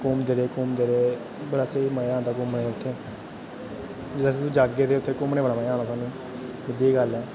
घुम्मदे रेह् घुम्मदे रेह् बड़ा स्हेई मजा आंदा घुम्मने दा उत्थै जिसलै तुस जागे उत्थै घुमने दा बड़ा मजा आना थोआनु सिद्दी गल्ल ऐ